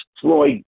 Floyd